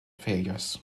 failures